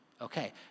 okay